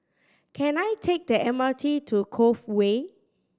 can I take the M R T to Cove Way